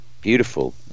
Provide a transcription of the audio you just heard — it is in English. beautiful